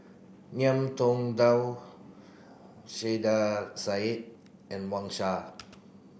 Ngiam Tong Dow Saiedah Said and Wang Sha